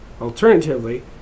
alternatively